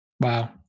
Wow